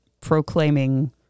proclaiming